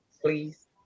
please